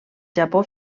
japó